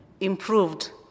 improved